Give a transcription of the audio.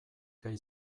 gay